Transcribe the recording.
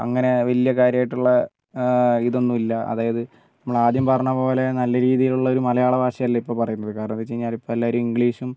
അങ്ങനെ വലിയ കാര്യമായിട്ടുള്ള ഇതൊന്നുമില്ല അതായത് നമ്മൾ ആദ്യം പറഞ്ഞത് പോലെ നല്ല രീതിയിലുള്ള ഒരു മലയാള ഭാഷയല്ല ഇപ്പോൾ പറയുന്നത് കാരണം എന്താണ് വെച്ചുകഴിഞ്ഞാൽ ഇപ്പോൾ എല്ലാവരും ഇംഗ്ലീഷും